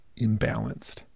imbalanced